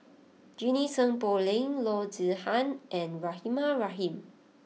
Junie Sng Poh Leng Loo Zihan and Rahimah Rahim